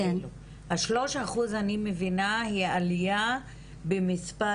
שלוש האחוז אני מבינה היא העלייה במספר